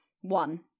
One